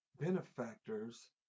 benefactors